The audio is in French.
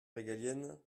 régalienne